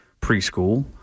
preschool